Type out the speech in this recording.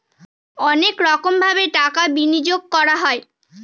অনেক রকমভাবে টাকা বিনিয়োগ করা হয়